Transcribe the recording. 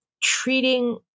treating